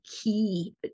key